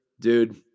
Dude